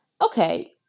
okay